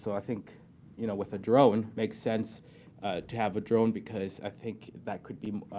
so i think you know with a drone makes sense to have a drone because i think that could be